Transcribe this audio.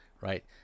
Right